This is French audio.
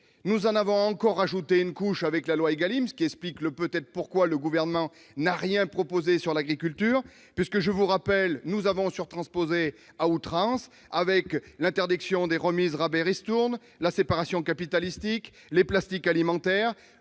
nous en avons encore ajouté une couche avec la loi ÉGALIM, ce qui explique peut-être pourquoi le Gouvernement n'a rien proposé sur l'agriculture. Je vous le rappelle, nous avons surtransposé à outrance avec l'interdiction des remises-rabais-ristournes, la séparation capitalistique, les plastiques alimentaires,